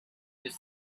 with